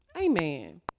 Amen